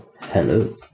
Hello